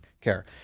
Care